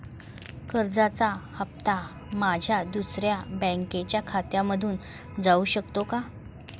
कर्जाचा हप्ता माझ्या दुसऱ्या बँकेच्या खात्यामधून जाऊ शकतो का?